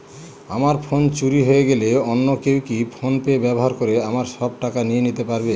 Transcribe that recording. আমার ফোন চুরি হয়ে গেলে অন্য কেউ কি ফোন পে ব্যবহার করে আমার সব টাকা নিয়ে নিতে পারবে?